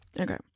Okay